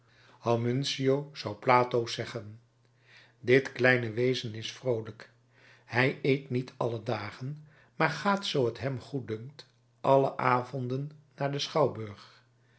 homuncio zou plautus zeggen dit kleine wezen is vroolijk hij eet niet alle dagen maar gaat zoo t hem goeddunkt alle avonden naar den schouwburg